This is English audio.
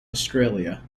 australia